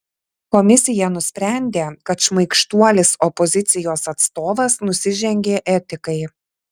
komisija nusprendė kad šmaikštuolis opozicijos atstovas nusižengė etikai